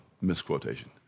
misquotation